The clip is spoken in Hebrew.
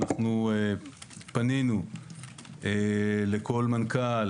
פנינו לכל מנכ"ל